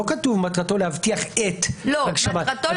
לא כתוב מטרתו להבטיח "את" הגשמת -.